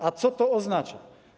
A co to oznacza?